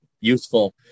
useful